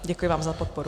Děkuji vám za podporu.